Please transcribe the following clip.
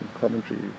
commentary